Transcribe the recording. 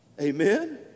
Amen